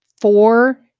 four